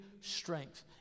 strength